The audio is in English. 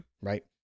Right